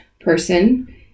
person